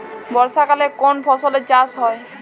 বর্ষাকালে কোন ফসলের চাষ হয়?